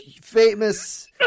famous